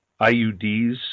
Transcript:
IUDs